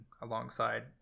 alongside